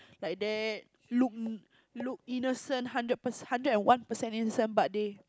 like that look look innocent hundred pers hundred and one percent innocent but they